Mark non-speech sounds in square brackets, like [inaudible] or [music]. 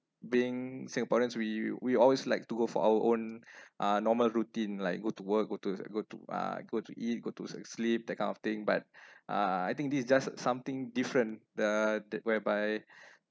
being singaporeans we we always like to go for our own [breath] uh normal routine like go to work go to [noise] go to uh go to eat go to [noise] sleep that kind of thing but [breath] uh I think this is just something different the the whereby [breath]